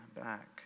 back